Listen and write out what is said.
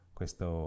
questo